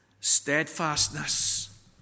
steadfastness